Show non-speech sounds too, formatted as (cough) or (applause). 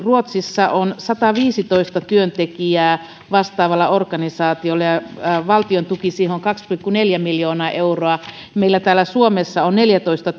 ruotsissa on sataviisitoista työntekijää vastaavalla organisaatiolla ja ja valtion tuki siihen on kaksi pilkku neljä miljoonaa euroa meillä täällä suomessa on neljätoista (unintelligible)